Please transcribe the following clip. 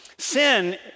Sin